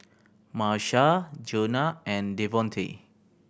Marsha Jonah and Devontae